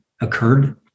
occurred